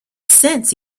sense